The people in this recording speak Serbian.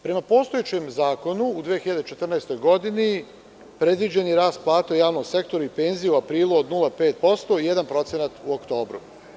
Prema postojećem zakonu, u 2014. godini predviđen je rast plata u javnom sektoru i penzija u aprilu od 0,5% i 1% u oktobru.